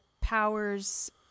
powers